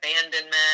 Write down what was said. abandonment